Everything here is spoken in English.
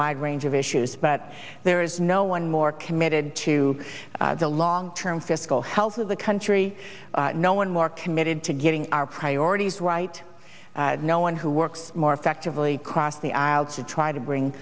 wide range of issues but there is no one more committed to the long term fiscal health of the country no one more committed to getting our priorities right no one who works more effectively cross the aisle to try to bring